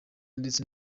ndetse